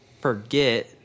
forget